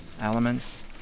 elements